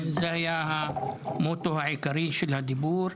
זה היה המוטו העיקרי של הדיבור.